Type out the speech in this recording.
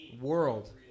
World